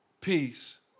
peace